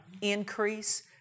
increase